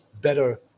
better